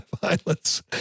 violence